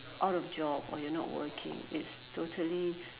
out of job or you are not working it's totally